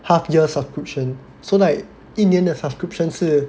half year subscription so like 一年的 subscription 是